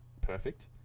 perfect